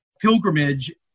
pilgrimage